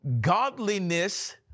godliness